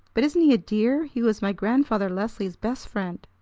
but isn't he a dear? he was my grandfather leslie's best friend.